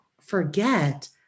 forget